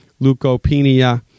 leukopenia